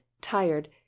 tired